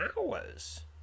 hours